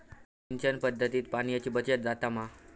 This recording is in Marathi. सिंचन पध्दतीत पाणयाची बचत जाता मा?